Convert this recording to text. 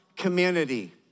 community